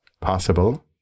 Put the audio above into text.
Possible